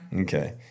Okay